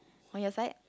on your side